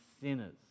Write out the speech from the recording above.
sinners